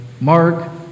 Mark